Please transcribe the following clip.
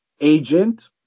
agent